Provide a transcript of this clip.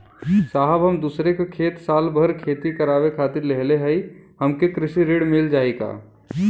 साहब हम दूसरे क खेत साल भर खेती करावे खातिर लेहले हई हमके कृषि ऋण मिल जाई का?